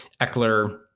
Eckler